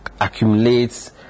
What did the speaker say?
accumulates